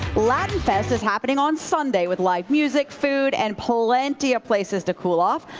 latin fest is happening on sunday with live music, food and plenty of places to cool off.